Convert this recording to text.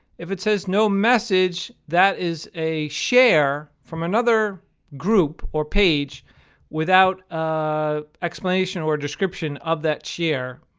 if it says no message, that is a share from another group or page without a explanation or description of that share.